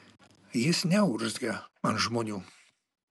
jis neurzgia ant žmonių